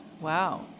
wow